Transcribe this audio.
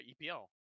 epl